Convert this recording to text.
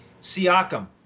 Siakam